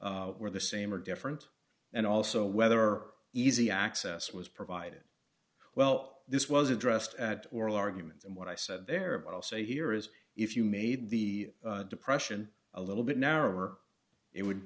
were the same or different and also whether or easy access was provided well this was addressed at oral argument and what i said there but i'll say here is if you made the depression a little bit narrower it would